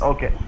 Okay